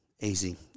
Easy